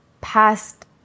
past